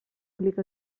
clic